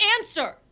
answer